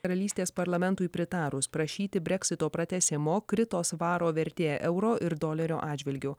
karalystės parlamentui pritarus prašyti breksito pratęsimo krito svaro vertė euro ir dolerio atžvilgiu